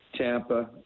Tampa